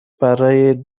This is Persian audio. برای